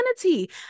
humanity